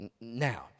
now